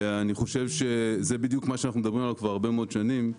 ואני חושב שזה בדיוק מה שאנחנו מדברים עליו כבר הרבה מאוד שנים.